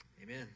Amen